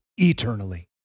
eternally